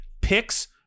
picks